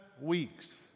weeks